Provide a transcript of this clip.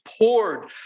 poured